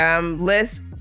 list